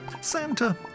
Santa